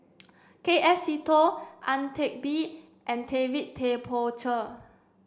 K F Seetoh Ang Teck Bee and David Tay Poey Cher